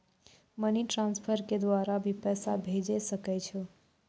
Money transfer के द्वारा भी पैसा भेजै सकै छौ?